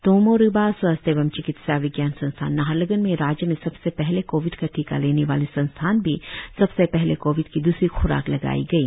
तोमो रिबा स्वास्थ्य एवं चिकित्सा विज्ञान संस्थान नाहरलग्न में राज्य में सबसे पहले कोविड का टीका लेने वाले संस्थान भी सबसे पहले कोविड की द्सरी ख्राक लगाई गई